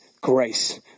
grace